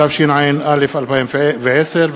התשע"א 2010,